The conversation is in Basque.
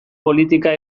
politika